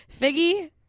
Figgy